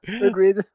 Agreed